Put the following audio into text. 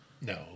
No